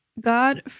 God